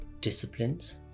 disciplines